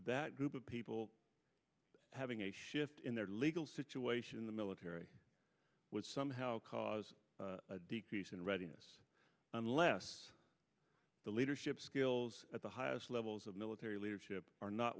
that group of people having a shift in their legal situation in the military would somehow cause a decrease in readiness unless the leadership skills at the highest levels of military leadership are not